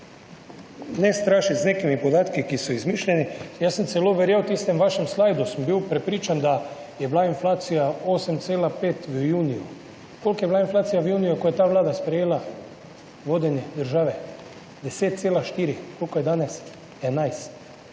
Ne strašiti z nekimi podatki, ki so izmišljeni. Jaz sem celo verjel tistem vašem slajdu, sem bil prepričan, da je bila inflacija 8,5 v juniju. Koliko je bila inflacija v juniju, ko je ta Vlada sprejela vodenje države? 10,4, tukaj danes 11.